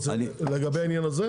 לגבי העניין הזה?